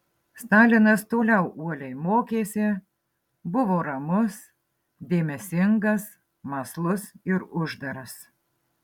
stalinas toliau uoliai mokėsi buvo ramus dėmesingas mąslus ir uždaras